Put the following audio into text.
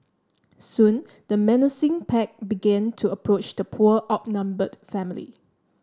soon the menacing pack began to approach the poor outnumbered family